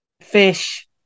fish